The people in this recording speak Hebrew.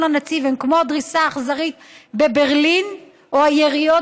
הנציב הם כמו הדריסה האכזרית בברלין או היריות